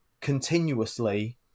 continuously